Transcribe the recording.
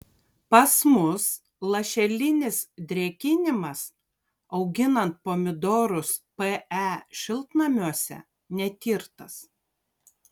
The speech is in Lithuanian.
pas mus lašelinis drėkinimas auginant pomidorus pe šiltnamiuose netirtas